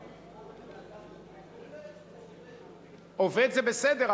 למה לא ראוי לקרוא "עובד" "עובד" זה בסדר,